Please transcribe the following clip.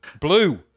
blue